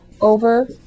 over